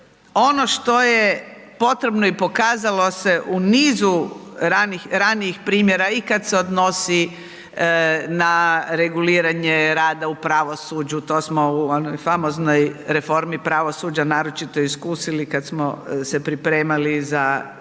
ono što je potrebno i pokazalo se u nizu ranijih primjera i kad se odnosi na reguliranje rada u pravosuđu to smo u onoj famoznoj reformi pravosuđa naročito iskusili kad smo se pripremali za članstvo